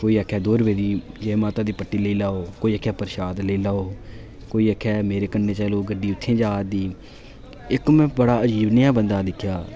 कोई आक्खै दो रपेऽ दी जै माता दी पट्टी लेई लैओ कोई आक्खै प्रशाद लेई लैओ कोई आक्खै मेरे कन्नै चलो गड्डी उत्थै जा दी इक में बड़ा अजीब नेहा बंदा दिक्खेआ